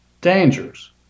dangers